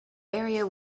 area